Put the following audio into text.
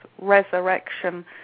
resurrection